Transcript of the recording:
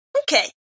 okay